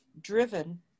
driven